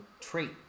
trait